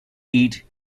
eat